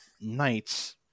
knights